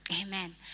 Amen